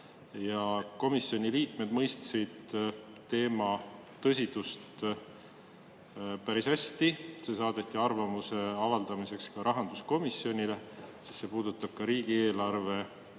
ja komisjoni liikmed mõistsid teema tõsidust päris hästi. See saadeti arvamuse avaldamiseks ka rahanduskomisjonile, sest see puudutab ka riigieelarve